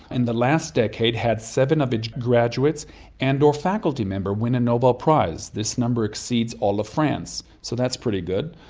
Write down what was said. in the last decade it had seven of its graduates and or faculty members win a nobel prize. this number exceeds all of france. so that's pretty good.